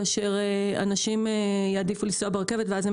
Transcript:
כאשר אנשים יעדיפו לנסוע ברכבת ואז הם